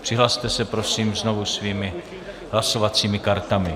Přihlaste se, prosím, znovu svými hlasovacími kartami.